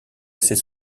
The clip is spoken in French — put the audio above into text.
ces